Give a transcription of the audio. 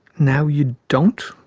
now you don't?